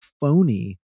phony